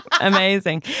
Amazing